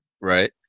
right